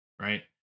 right